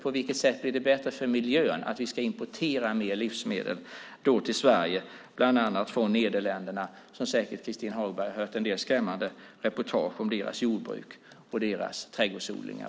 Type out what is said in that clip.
På vilket sätt blir det bättre för miljön att vi ska importera mer livsmedel till Sverige bland annat från Nederländerna? Christin Hagberg har säkert hört en del skrämmande reportage om deras jordbruk och trädgårdsodlingar.